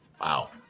Wow